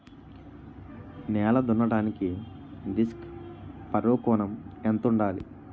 నేల దున్నడానికి disc furrow కోణం ఎంత ఉండాలి?